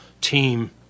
team